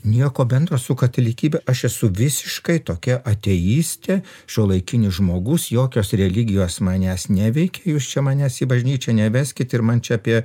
nieko bendro su katalikybe aš esu visiškai tokia ateistė šiuolaikinis žmogus jokios religijos manęs neveikia jūs čia manęs į bažnyčią neveskit ir man čia apie